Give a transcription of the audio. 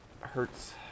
hurts